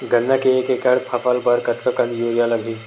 गन्ना के एक एकड़ फसल बर कतका कन यूरिया लगही?